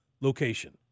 location